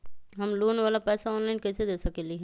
हम लोन वाला पैसा ऑनलाइन कईसे दे सकेलि ह?